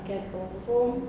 cattle so